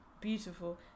beautiful